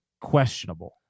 questionable